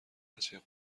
بچه